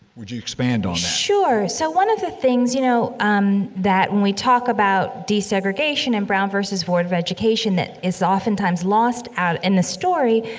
would you expand on that? sure. so, one of the things, you know, um that when we talk about desegregation and brown versus board of education that is often times lost out in the story,